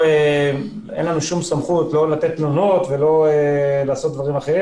אין לנו שום סמכות לתת תלונות או כל דבר אחר,